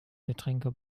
getränke